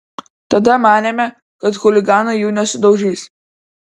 tada manėme kad chuliganai jų nesudaužys